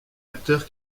acteur